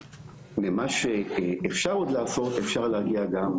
ממה שאפשר עוד לעשות אפשר להגיע גם